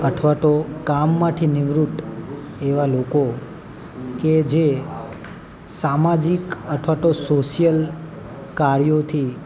અથવા તો કામમાંથી નિવૃત્ત એવા લોકો કે જે સામાજિક અથવા તો સોશિયલ કાર્યોથી